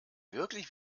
wirklich